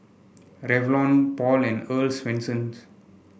Revlon Paul and Earl's Swensens